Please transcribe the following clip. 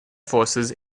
forces